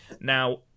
Now